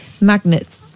magnets